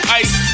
ice